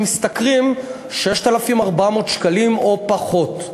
שמשתכרים 6,400 שקלים או פחות.